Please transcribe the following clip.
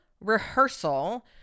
rehearsal